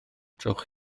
trowch